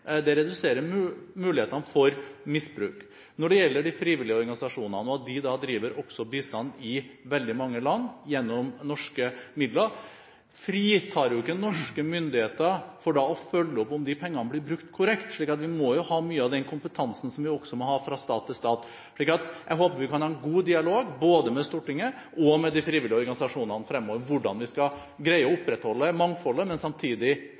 det reduserer mulighetene for misbruk. Når det gjelder de frivillige organisasjonene som gjennom norske midler driver bistand i veldig mange land, er jo ikke norske myndigheter fritatt fra å følge opp om de pengene blir brukt korrekt, så også her må vi ha mye av den kompetansen som vi må ha når det gjelder bistand fra stat til stat. Jeg håper at vi kan ha en god dialog med både Stortinget og de frivillige organisasjonene om hvordan vi skal greie å opprettholde mangfoldet, men samtidig